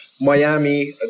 Miami